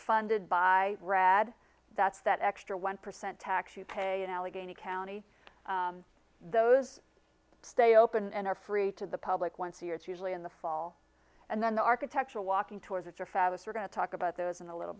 funded by rad that's that extra one percent tax you pay in allegheny county those stay open and are free to the public once a year it's usually in the fall and then the architectural walking tours are fast we're going to talk about those in a little